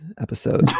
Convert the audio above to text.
episode